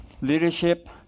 leadership